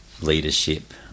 leadership